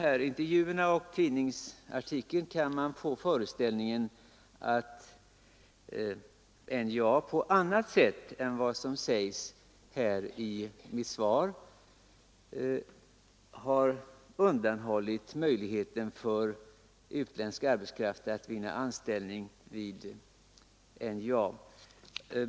Av intervjuerna och tidningsartikeln kan man få föreställningen att NJA på annat sätt än vad som sägs i svaret har undanhållit möjligheten för utländsk arbetskraft att vinna anställning.